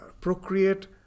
procreate